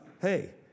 hey